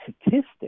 statistics